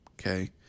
Okay